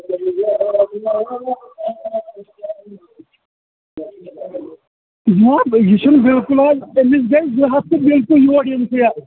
یہِ چھُنہٕ بالکُل حَظ تٔمِس گٔیے زٕ ہَفتہٕ بالکُل یور یِنسٕے حظ